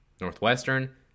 Northwestern